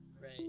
Right